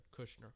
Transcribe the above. Kushner